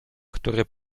który